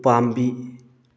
ꯎꯄꯥꯝꯕꯤ